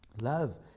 Love